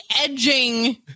edging